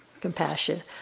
compassion